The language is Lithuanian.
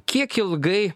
kiek ilgai